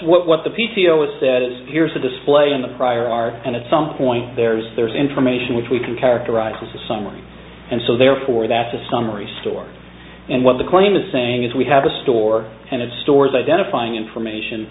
what the p c o s said is here's a display in the prior art and at some point there's there's information which we can characterize as a summary and so therefore that's a summary story and what the claim is saying is we have a store and it stores identifying information